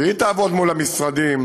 שהיא תעבוד מול המשרדים,